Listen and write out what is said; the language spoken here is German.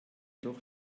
doch